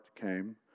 came